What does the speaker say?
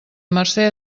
mercè